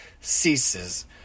ceases